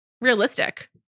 realistic